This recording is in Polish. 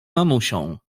mamusią